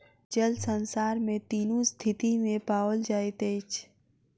जल संसार में तीनू स्थिति में पाओल जाइत अछि